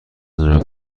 نژاد